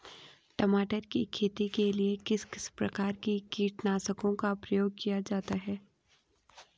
टमाटर की खेती के लिए किस किस प्रकार के कीटनाशकों का प्रयोग किया जाता है?